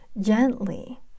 gently